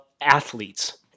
athletes